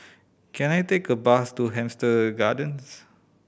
can I take a bus to Hampstead Gardens